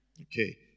Okay